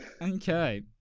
okay